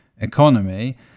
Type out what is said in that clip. economy